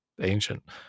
ancient